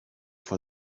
for